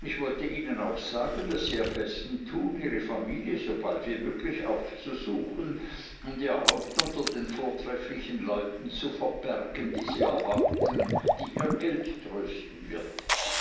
ich wollte ihnen auch sagen daß sie am besten tun ihre familie sobald wie möglich aufzusuchen und ihr haupt unter den vortrefflichen leuten zu verbergen die sie erwarten und die ihr geld trösten wird